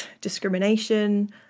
discrimination